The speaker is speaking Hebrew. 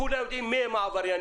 כולם יודעים מי הם העבריינים,